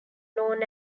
known